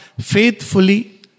faithfully